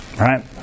right